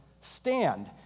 Stand